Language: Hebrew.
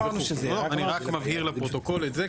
אני רק מבהיר לפרוטוקול את זה,